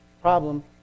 problem